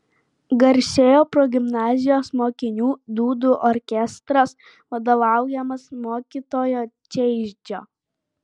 garsėjo progimnazijos mokinių dūdų orkestras vadovaujamas mokytojo čeičio